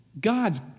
God's